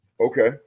Okay